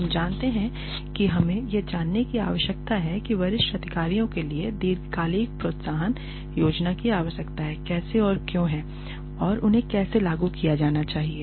हम जानते हैं कि हमें यह जानने की आवश्यकता है कि वरिष्ठ अधिकारियों के लिए दीर्घकालिक प्रोत्साहन योजना की आवश्यकता कैसे और क्यों है और उन्हें कैसे लागू किया जाना चाहिए